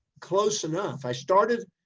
close enough. i started,